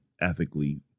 ethically